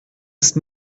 ist